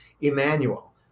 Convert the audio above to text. Emmanuel